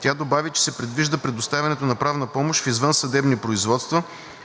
Тя добави, че се предвижда предоставянето на правна помощ в извънсъдебни производства